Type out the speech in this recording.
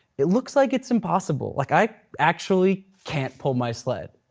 it looks like it's impossible, like i actually can't pull my sled.